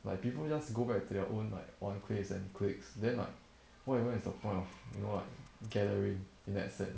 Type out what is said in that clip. like people just go back to their own like one place and cliques then like what what is the point of you know like gathering in that sense